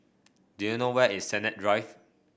do you know where is Sennett Drive